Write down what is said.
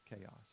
chaos